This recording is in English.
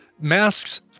masks